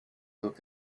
book